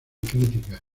crítica